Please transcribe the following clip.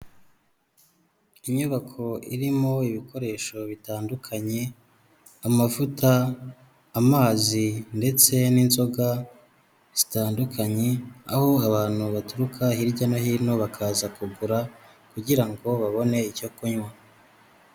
Inyubako irimo ibikoresho bitandukanye, amavuta, amazi ndetse n'inzoga zitandukanye, aho abantu baturuka hirya no hino bakaza kugura kugirango babone icyo kunywa.